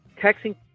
texting